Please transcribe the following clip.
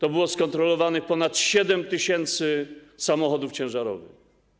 Zostało skontrolowanych ponad 7 tys. samochodów ciężarowych.